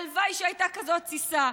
הלוואי שהייתה כזאת תסיסה.